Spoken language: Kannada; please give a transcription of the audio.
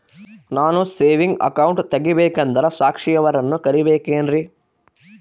ನಾನು ಸೇವಿಂಗ್ ಅಕೌಂಟ್ ತೆಗಿಬೇಕಂದರ ಸಾಕ್ಷಿಯವರನ್ನು ಕರಿಬೇಕಿನ್ರಿ?